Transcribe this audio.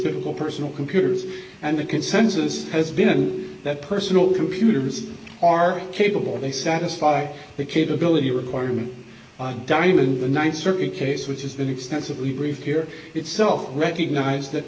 that personal computers and they can census has been that personal computers are capable they satisfy the capability requirement diamond the th circuit case which has been extensively briefed here itself recognized that